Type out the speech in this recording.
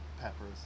peppers